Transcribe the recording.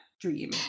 dream